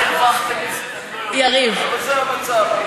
מה הרווחתם מזה, אני לא יודע, אבל זה המצב.